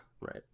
right